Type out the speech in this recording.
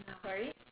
I'm sorry